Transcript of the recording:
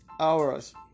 hours